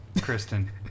Kristen